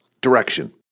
direction